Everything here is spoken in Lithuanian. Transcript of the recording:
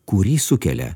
kurį sukelia